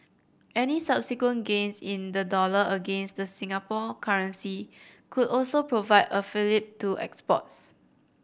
any subsequent gains in the dollar against the Singapore currency could also provide a fillip to exports